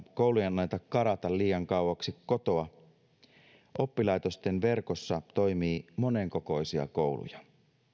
koulujen anneta karata liian kauaksi kotoa oppilaitosten verkossa toimii monenkokoisia kouluja